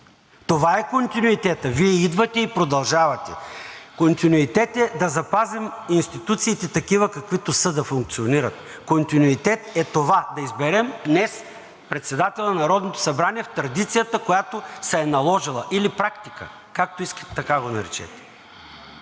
Това е континуитет – Вие идвате и продължавате. Континуитет е да запазим институциите такива, каквито са – да функционират. Континуитет е това да изберем днес председател на Народното събрание в традицията, която се е наложила, или практиката – както искате, така го наречете.